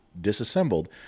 disassembled